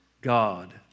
God